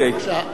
בבקשה.